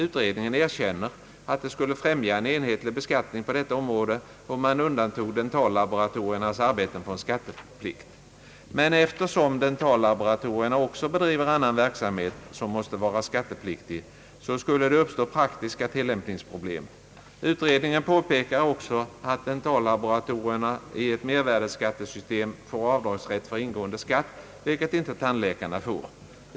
Utredningen erkänner, att det skulle främja en enhetlig beskattning på detta område, om man undantog dentallaboratoriernas arbeten från skatteplikt. Men eftersom dentallaboratorerna också bedriver annan verksamhet, som måste vara skattepliktig, så skulle det uppstå praktiska tillämpningsproblem. Utredningen påpekar också, att dentallaboratorierna i ett mervärdeskattesystem får avdragsrätt för ingående skatt, vilket inte tandläkarna får.